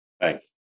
Thanks